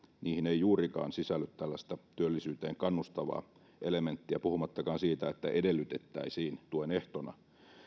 niihin ei juurikaan sisälly tällaista työllisyyteen kannustavaa elementtiä puhumattakaan siitä että edellytettäisiin tuen ehtona